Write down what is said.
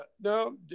no